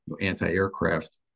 anti-aircraft